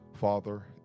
Father